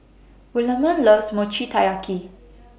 Williemae loves Mochi Taiyaki